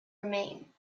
remain